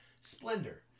splendor